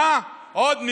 מה עוד?